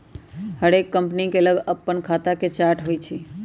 हरेक कंपनी के लग अप्पन खता के चार्ट होइ छइ